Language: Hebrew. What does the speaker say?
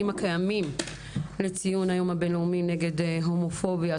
הקיימים לציון היום הבין לאומי נגד הומופוביה,